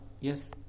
Yes